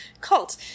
cult